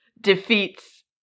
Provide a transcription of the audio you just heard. defeats